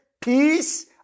peace